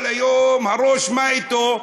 כל היום, הראש, מה אתו?